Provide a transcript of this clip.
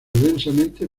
densamente